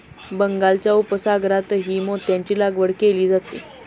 बंगालच्या उपसागरातही मोत्यांची लागवड केली जाते